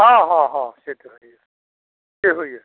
हँ हँ से तऽ होइए से होइए